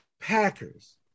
Packers